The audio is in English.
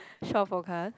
short forecast